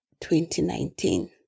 2019